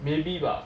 maybe bah